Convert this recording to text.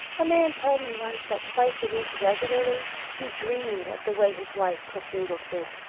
a man told me once that twice a week regularly he dreamed of the way his wife cooked noodle-soup.